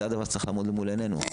זה הדבר שצריך לעמוד למול ענינו.